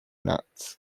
nuts